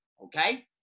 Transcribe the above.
okay